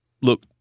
Look